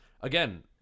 again